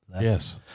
Yes